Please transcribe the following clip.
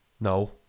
No